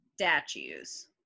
statues